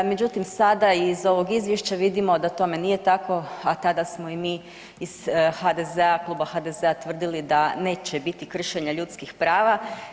Međutim, sada iz ovog izvješća vidimo da tome nije tako, a tada smo i mi iz HDZ-a, Kluba HDZ-a tvrdili da neće biti kršenja ljudskih prava.